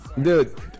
Dude